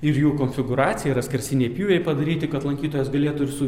ir jų konfigūracija yra skersiniai pjūviai padaryti kad lankytojas galėtų ir su